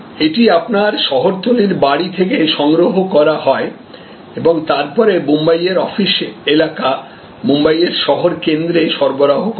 এটি আপনার শহরতলির বাড়ি থেকে সংগ্রহ করা হয় এবং তারপরে মুম্বাইয়ের অফিস এলাকা মুম্বাইয়ের শহর কেন্দ্রে সরবরাহ করা হয়